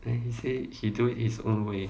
then he say he do it his own way